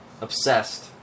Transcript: obsessed